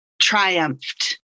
triumphed